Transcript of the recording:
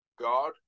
God